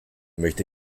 möchte